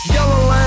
Yellow